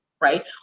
right